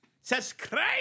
Subscribe